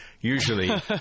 Usually